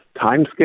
timescale